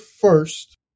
first